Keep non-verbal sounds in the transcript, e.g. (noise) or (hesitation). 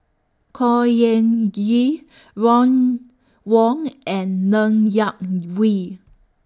Khor Ean Ghee Ron Wong (noise) and Ng Yak (hesitation) Whee